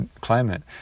climate